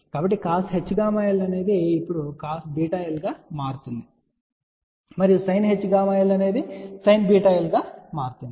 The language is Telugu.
కాబట్టి cosh ⁡γl అనునది ఇప్పుడు cos βl గా అవుతుంది మరియు sinhγl అనేది j sin β l l గా అవుతుంది